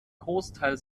großteil